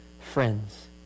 friends